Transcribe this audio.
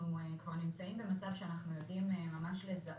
אנחנו נמצאים במצב שאנחנו יודעים לזהות